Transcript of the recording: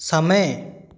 समय